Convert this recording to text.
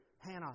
Hannah